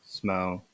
smell